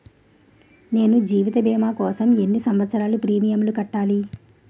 నేను జీవిత భీమా కోసం ఎన్ని సంవత్సారాలు ప్రీమియంలు కట్టాలి?